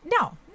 No